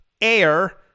Air